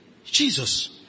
Jesus